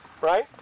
right